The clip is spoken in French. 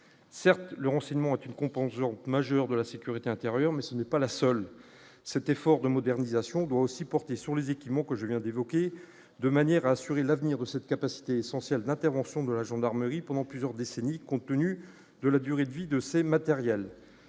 Certes, le renseignement une compense Jean majeur de la sécurité intérieure, mais ce n'est pas la seule cet effort de modernisation doit aussi porter sur les équipements que je viens d'évoquer de manière à assurer l'avenir de cette capacité essentielle : l'intervention de la gendarmerie pendant plusieurs décennies, compte tenu de la durée de vie de ces matériels,